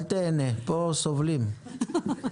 אל תיהנה, פה סובלים...